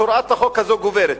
אז הוראת החוק הזאת גוברת,